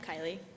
Kylie